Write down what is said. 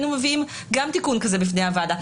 להיות שהיינו מביאים גם תיקון כזה בפני הוועדה.